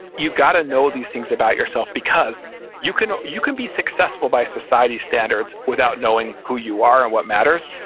you got to know these things about yourself because you can you can be successful by society's standards without knowing who you are and what matters.